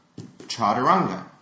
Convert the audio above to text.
chaturanga